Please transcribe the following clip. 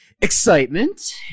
excitement